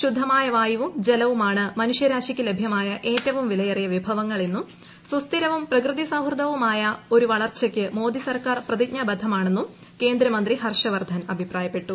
ശുദ്ധമായ വായുവും ജലവും ആണ് മനുഷ്യരാശിക്ക് ലഭ്യമായ ഏറ്റവും വിലയേറിയ വിഭവങ്ങൾ എന്നും സുസ്ഥിരവും പ്രകൃതി സൌഹൃദവും ആയ ഒരു വളർച്ചയ്ക്ക് മോദി സർക്കാർ പ്രതിജ്ഞാബദ്ധമാണെന്നും കേന്ദ്ര മന്ത്രി ഹർഷവർദ്ധൻ അഭിപ്രായപ്പെട്ടു